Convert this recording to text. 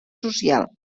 social